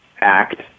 act